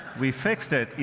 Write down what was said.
we fixed it. you